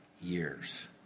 years